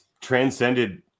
transcended